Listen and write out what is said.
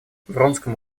вронскому